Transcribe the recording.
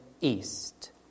east